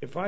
if i